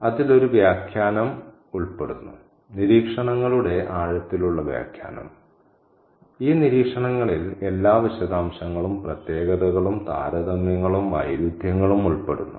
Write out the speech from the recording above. അതിൽ ഒരു വ്യാഖ്യാനം ഉൾപ്പെടുന്നു നിരീക്ഷണങ്ങളുടെ ആഴത്തിലുള്ള വ്യാഖ്യാനം ഈ നിരീക്ഷണങ്ങളിൽ എല്ലാ വിശദാംശങ്ങളും പ്രത്യേകതകളും താരതമ്യങ്ങളും വൈരുദ്ധ്യങ്ങളും ഉൾപ്പെടുന്നു